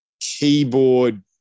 keyboard